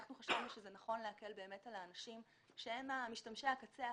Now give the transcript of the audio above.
חשבנו שנכון להקל על אנשים שהם משתמשי הקצה,